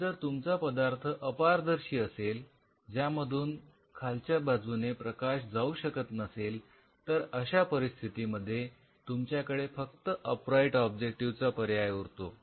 पण जर तुमचा पदार्थ अपारदर्शी असेल ज्यामधून खालच्या बाजूने प्रकाश जाऊ शकत नसेल तर अशा परिस्थितीमध्ये तुमच्याकडे फक्त अप राईट ऑब्जेक्टिव्ह चा पर्याय उरतो